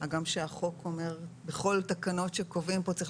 הגם שהחוק אומר שבכל התקנות שקובעים כאן צריך